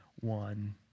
one